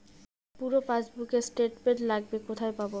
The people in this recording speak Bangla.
পুরো পাসবুকের স্টেটমেন্ট লাগবে কোথায় পাব?